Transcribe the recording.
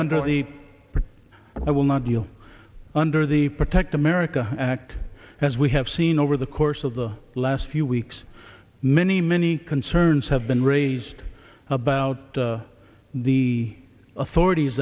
under the pretty i will not deal under the protect america act as we have seen over the course of the last few weeks many many concerns have been raised about the authorities